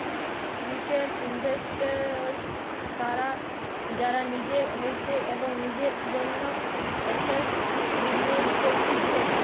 retail investors তারা যারা নিজের হইতে এবং নিজের জন্য এসেটস বিনিয়োগ করতিছে